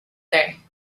day